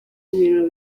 ibintu